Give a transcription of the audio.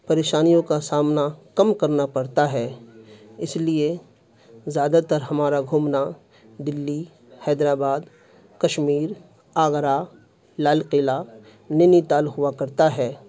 پریشانیوں کا سامنا کم کرنا پڑتا ہے اس لیے زیادہ تر ہمارا گھومنا دلی حیدرآباد کشمیر آگرہ لال قلعہ نینی تال ہوا کرتا ہے